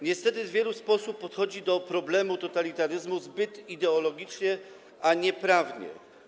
Niestety wielu posłów podchodzi do problemu totalitaryzmu zbyt ideologicznie, a nie prawnie.